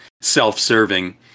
self-serving